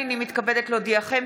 הינני מתכבדת להודיעכם,